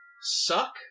suck